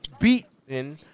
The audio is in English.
beaten